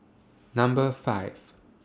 Number five